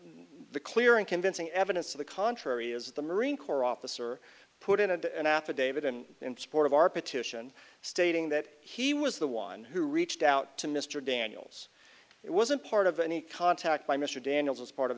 the clear and convincing evidence to the contrary is the marine corps officer put into an affidavit in support of our petition stating that he was the one who reached out to mr daniels it wasn't part of any contact by mr daniels as part of